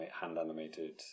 hand-animated